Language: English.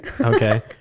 Okay